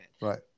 right